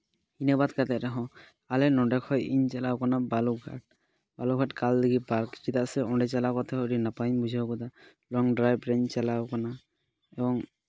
ᱤᱱᱟᱹ ᱵᱟᱫ ᱠᱟᱛᱮᱫ ᱨᱮᱦᱚᱸ ᱟᱞᱮ ᱱᱚᱸᱰᱮ ᱠᱷᱚᱡ ᱤᱧ ᱪᱟᱞᱟᱣ ᱠᱟᱱᱟ ᱵᱟᱞᱩᱨᱜᱷᱟᱴ ᱵᱟᱞᱩᱨᱜᱷᱟᱴ ᱠᱟᱞ ᱫᱤᱜᱷᱤ ᱯᱟᱨᱠ ᱪᱮᱫᱟᱜ ᱥᱮ ᱚᱸᱰᱮ ᱪᱟᱞᱟᱣ ᱠᱟᱛᱮᱫ ᱦᱚᱸ ᱟᱹᱰᱤ ᱱᱟᱯᱟᱭᱤᱧ ᱵᱩᱡᱷᱟᱹᱣ ᱠᱟᱫᱟ ᱞᱚᱝ ᱰᱨᱟᱭᱤᱵᱽ ᱨᱤᱧ ᱪᱟᱞᱟᱣ ᱠᱟᱱᱟ ᱮᱵᱚᱝ